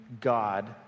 God